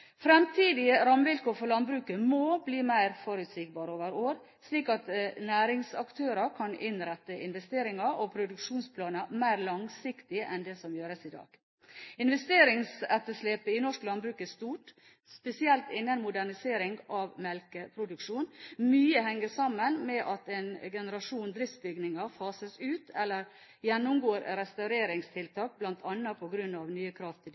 Fremtidige rammevilkår for landbruket må bli mer forutsigbare over år, slik at næringsaktører kan innrette investeringer og produksjonsplaner mer langsiktig enn det som gjøres i dag. Investeringsetterslepet i norsk landbruk er stort, spesielt innen modernisering av melkeproduksjon. Mye henger sammen med at en generasjon driftsbygninger fases ut eller gjennomgår restaureringstiltak, bl.a. på grunn av nye